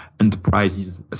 enterprises